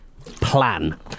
plan